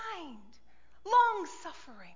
long-suffering